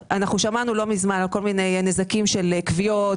שמענו לא מזמן על כל מיני נזקים של כוויות,